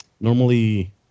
normally